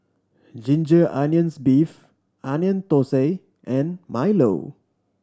ginger onions beef Onion Thosai and milo